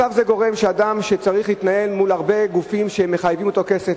מצב זה גורם לזה שאדם צריך להתנהל מול הרבה גופים שמחייבים אותו בכסף,